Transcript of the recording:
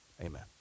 amen